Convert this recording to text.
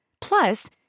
Plus